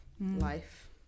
life